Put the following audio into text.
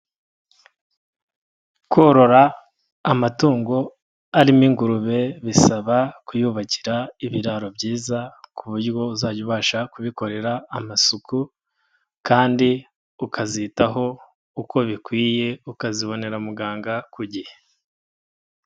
Korora amatungo arimo ingurube, bisaba kuyubakira ibiraro byiza, ku buryo uzajya ubasha kubikorera amasuku kandi ukazitaho uko bikwiye ukazibonera muganga ku gihe.